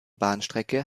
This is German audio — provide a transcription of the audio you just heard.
bahnstrecke